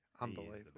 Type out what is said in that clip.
Unbelievable